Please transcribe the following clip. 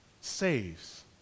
saves